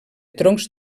troncs